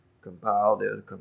compiled